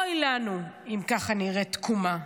אוי לנו אם ככה נראית תקומה.